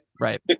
Right